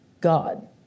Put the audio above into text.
God